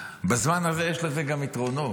בזמן הזה יש לזה גם יתרונות.